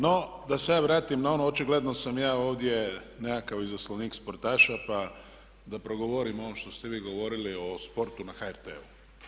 No, da se ja vratim na ono očigledno sam ja ovdje nekakav izaslanik sportaša pa da progovorim o onom što ste vi govorili o sportu na HRT-u.